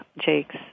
Jake's